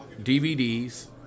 DVDs